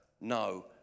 no